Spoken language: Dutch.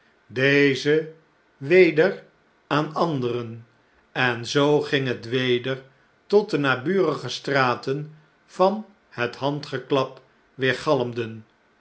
dezen weder aan anderen en zoo ging het weder tot de naburige straten van het handgeklap